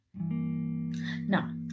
Now